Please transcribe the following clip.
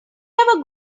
ever